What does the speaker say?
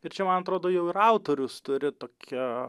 ir čia man atrodo jau ir autorius turi tokią